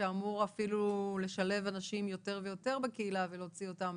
שאמור אפילו לשלב אנשים יותר ויותר בקהילה ולהוציא אותם